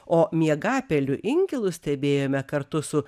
o miegapelių inkilus stebėjome kartu su